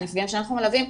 מהנפגעים שאנחנו מלווים,